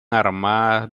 armadas